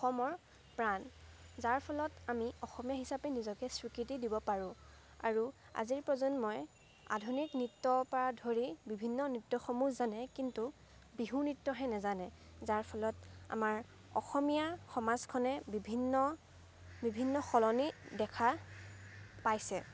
অসমৰ প্ৰাণ যাৰ ফলত আমি অসমীয়া হিচাপে নিজকে স্বীকৃতি দিব পাৰোঁ আৰু আজিৰ প্ৰজন্মই আধুনিক নৃত্য পৰা ধৰি বিভিন্ন নৃত্যসমূহ জানে কিন্তু বিহু নৃত্যহে নেজানে যাৰ ফলত আমাৰ অসমীয়া সমাজখনে বিভিন্ন বিভিন্ন সলনি দেখা পাইছে